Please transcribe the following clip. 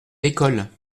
l’école